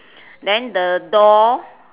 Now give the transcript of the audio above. then the door